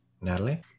Natalie